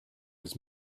was